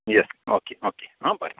येस okay okay आं बरें